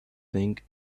think